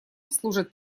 служат